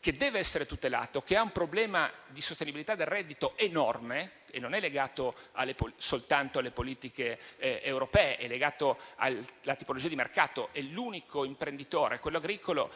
che deve essere tutelato, che ha un problema di sostenibilità del reddito enorme, che non è legato soltanto alle politiche europee, ma anche alla tipologia di mercato. Quello agricolo è l'unico imprenditore